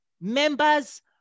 members